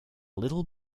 little